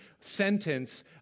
sentence